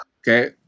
Okay